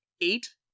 eight